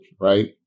right